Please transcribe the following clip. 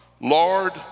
Lord